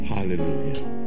Hallelujah